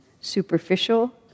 superficial